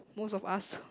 most of us